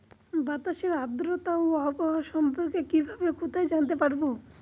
বাতাসের আর্দ্রতা ও আবহাওয়া সম্পর্কে কিভাবে কোথায় জানতে পারবো?